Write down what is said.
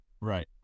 right